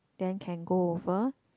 then can go over